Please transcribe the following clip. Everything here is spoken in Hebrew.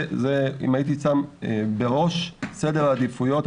אם הייתי שם בראש סדר העדיפויות,